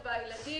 והילדים